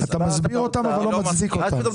אתה מסביר אותם אבל לא מצדיק אותם.